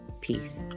peace